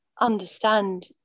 understand